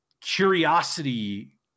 curiosity